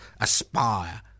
aspire